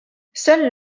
seul